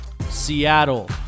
Seattle